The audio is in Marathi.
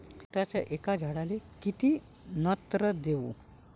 संत्र्याच्या एका झाडाले किती नत्र देऊ?